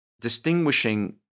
distinguishing